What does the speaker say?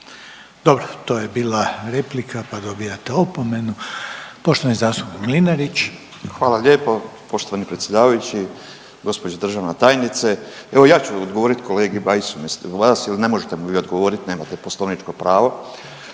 Dobro, to je bila replika pa dobijate opomenu. Poštovani zastupnik Mlinarić. **Mlinarić, Stipo (DP)** Hvala lijepo poštovani predsjedavajući, gospođo državna tajnice. Evo ja ću odgovoriti kolegi Bajsu umjesto vas, jer ne možete mu vi odgovoriti. Nemate poslovničko pravo.